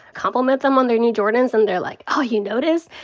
compliment them on their new jordans and they're like, oh, you noticed?